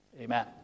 amen